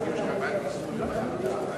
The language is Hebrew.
הצעת חוק הגבלת פעולות אנשי דת בצבא-הגנה